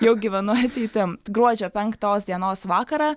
jau gyvenu ateitim gruodžio penktos dienos vakarą